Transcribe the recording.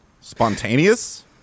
spontaneous